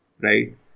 right